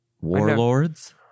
Warlords